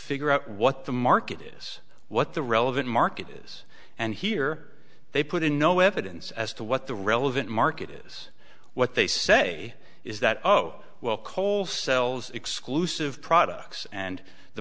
figure out what the market is what the relevant market is and here they put in no evidence as to what the relevant market is what they say is that oh well coal sells exclusive products and the